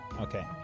okay